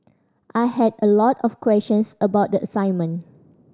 I had a lot of questions about the assignment